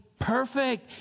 perfect